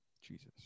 Jesus